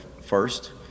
first